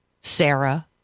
Sarah